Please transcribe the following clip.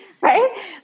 Right